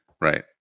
right